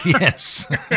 Yes